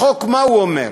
החוק, מה הוא אומר?